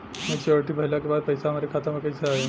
Maturity भईला के बाद पईसा हमरे खाता में कइसे आई?